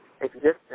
existence